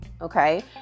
Okay